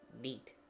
neat